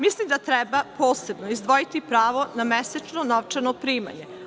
Mislim da treba posebno izdvojiti pravo na mesečnu novčano primanje.